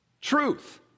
truth